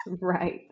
right